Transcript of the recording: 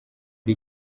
ari